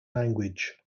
language